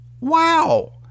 Wow